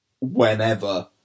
whenever